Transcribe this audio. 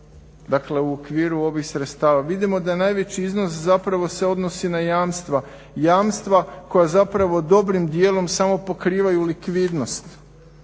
Dakle u okviru ovih sredstava. Vidimo da je najveći iznos zapravo se odnosi na jamstva, jamstva koja zapravo dobrim dijelom samo pokrivaju likvidnost.